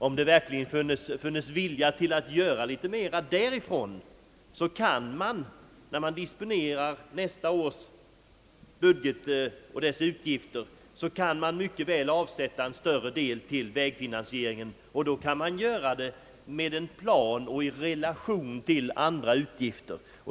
Om det verkligen finns vilja på det hållet att göra litet mera, så kan man när man disponerar nästa års budget och dess utgifter mycket väl avsätta en större del till vägfinansiering, och då kan man göra det med en plan och i relation till andra utgifter.